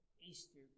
Easter